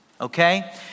okay